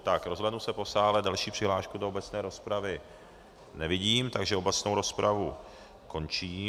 Tak, rozhlédnu se po sále, další přihlášku do obecné rozpravy nevidím, takže obecnou rozpravu končím.